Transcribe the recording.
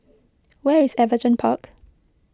where is Everton Park